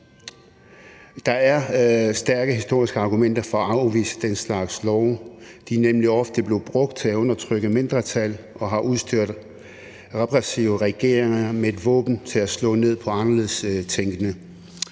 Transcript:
der er stærke historiske argumenter for at afvise den slags love, for de er nemlig ofte blevet brugt til at undertrykke mindretal og har udstyret repressive regeringer med et våben til at slå ned på anderledes tænkende.